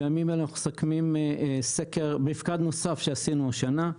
בימים אלה אנחנו מסכמים מפקד נוסף שעשינו השנה,